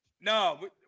No